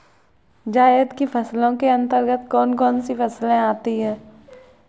जायद की फसलों के अंतर्गत कौन कौन सी फसलें आती हैं?